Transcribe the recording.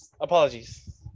apologies